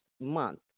month